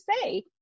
say